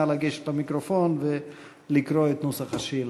נא לגשת למיקרופון ולקרוא את נוסח השאלה.